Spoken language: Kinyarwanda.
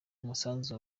umusanzu